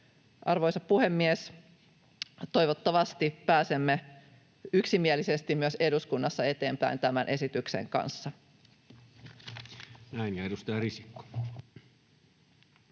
Arvoisa puhemies! Toivottavasti pääsemme yksimielisesti myös eduskunnassa eteenpäin tämän esityksen kanssa.